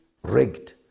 rigged